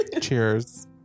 cheers